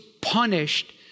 punished